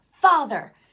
Father